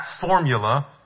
formula